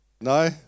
No